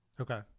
okay